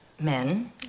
men